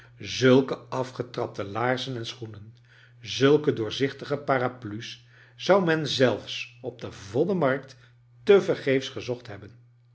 zulke afgetrapte jaarzen en schoenen zulke doorzichtige paraplu's zou men zelfs op de voddenmarkt tevergeefs gezocht hebben